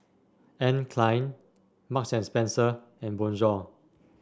Anne Klein Marks and Spencer and Bonjour